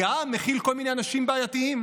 כי העם מכיל כל מיני אנשים בעייתיים: